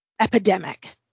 epidemic